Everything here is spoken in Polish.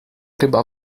ryba